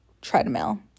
treadmill